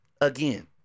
Again